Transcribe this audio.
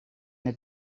het